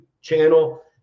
channel